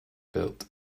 built